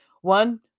One